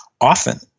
often